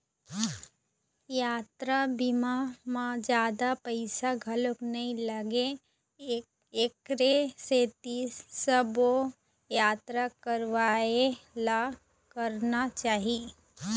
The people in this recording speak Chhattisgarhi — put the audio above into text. यातरा बीमा म जादा पइसा घलोक नइ लागय एखरे सेती सबो यातरा करइया ल कराना चाही